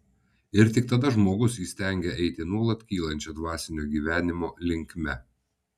ir tik tada žmogus įstengia eiti nuolat kylančia dvasinio gyvenimo linkme